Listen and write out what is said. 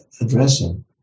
addressing